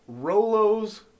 Rolos